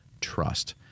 trust